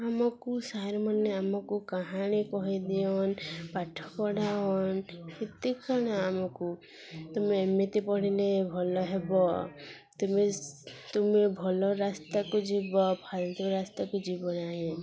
ଆମକୁ ସାର୍ମାନେ ଆମକୁ କାହାଣୀ କହିଦିଅନ୍ ପାଠ ପଢ଼ାଅନ୍ ହେତିକ୍ କ'ଣ ଆମକୁ ତୁମେ ଏମିତି ପଢ଼ିଲେ ଭଲ ହେବ ତୁମେ ତୁମେ ଭଲ ରାସ୍ତାକୁ ଯିବ ଫାଲ୍ତୁ ରାସ୍ତାକୁ ଯିବ ନାହିଁ